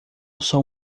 sou